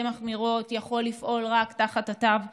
מחמירות ויכול לפעול רק תחת התו הירוק.